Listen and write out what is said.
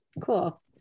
Cool